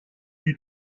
dut